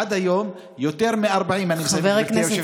עד היום יותר מ-40, אני מסיים, גברתי היושבת-ראש.